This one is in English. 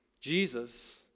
Jesus